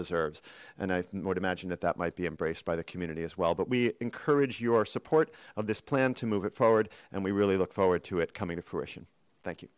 deserves and i would imagine that that might be embraced by the community as well but we encourage your support of this plan to move it forward and we really look forward to it coming to fruition thank you